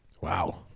Wow